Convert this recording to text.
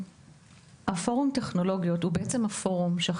פורום טכנולוגיות הוא פורום שבו,